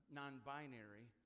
non-binary